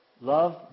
Love